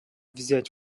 взять